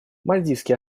мальдивские